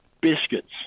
biscuits